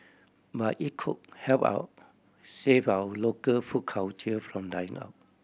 but it could help our save our local food culture from dying out